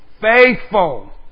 Faithful